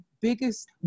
biggest